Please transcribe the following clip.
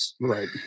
Right